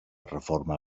reforma